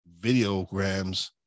videograms